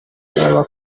yaba